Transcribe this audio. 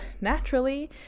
Naturally